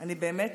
אני באמת